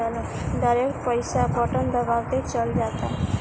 direct पईसा button दबावते चल जाता